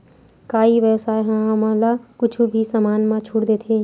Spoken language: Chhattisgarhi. का ई व्यवसाय ह हमला कुछु भी समान मा छुट देथे?